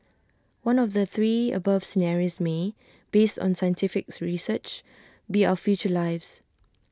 one of the three above scenarios may based on scientific research be our future lives